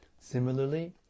Similarly